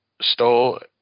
stole